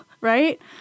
right